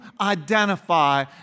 identify